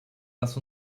lass